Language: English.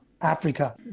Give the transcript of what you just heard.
Africa